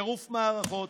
טירוף מערכות.